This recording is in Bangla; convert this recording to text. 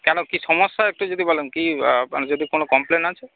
কেন কি সমস্যা একটু যদি বলেন কী যদি কোনো কমপ্লেন আছে